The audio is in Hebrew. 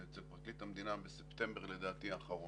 אצל פרקליט המדינה בספטמבר האחרון,